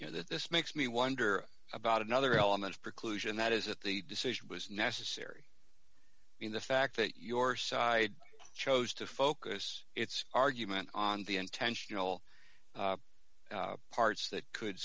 know that this makes me wonder about another element preclusion that is that the decision was necessary in the fact that your side chose to focus its argument on the intentional parts that could